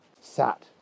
sat